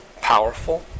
powerful